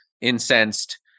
incensed